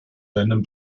deinen